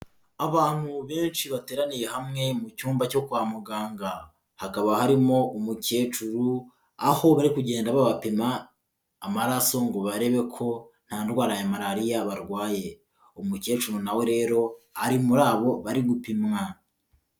Abantu benshi bateraniye hamwe mu cyumba cyo kwa muganga, hakaba harimo umukecuru, aho bari kugenda babapima amaraso ngo barebe ko nta ndwara ya Malariya barwaye, umukecuru nawe rero ari muri abo bari gupimwa.